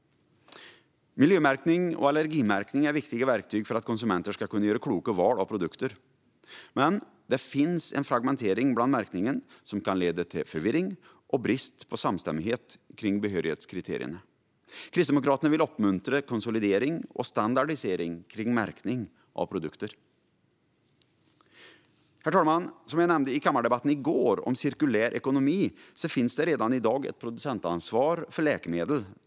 Miljömärkning och allergimärkning är viktiga verktyg för att konsumenter ska kunna göra kloka val av produkter. Men det finns en fragmentering av märkningen som kan leda till förvirring och brist på samstämmighet kring behörighetskriterierna. Kristdemokraterna vill uppmuntra konsolidering och standardisering av märkning av produkter. Herr talman! Som jag nämnde i går i kammardebatten om cirkulär ekonomi finns det redan i dag ett producentansvar för läkemedel.